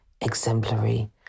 exemplary